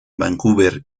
vancouver